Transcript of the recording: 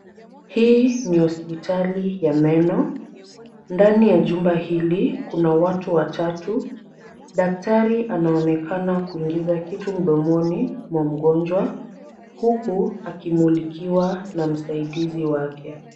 Hii ni hospitali ya meno. Ndani ya jumba hili kuna watu watatu. Daktari anaonekana kuingiza kitu mdomoni mwa mgonjwa huku akimulikiwa na msaidizi wake.